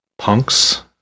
punks